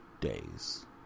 days